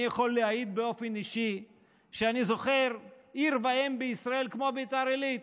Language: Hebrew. אני יכול להעיד באופן אישי שאני זוכר עיר ואם בישראל כמו ביתר עילית,